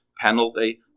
penalty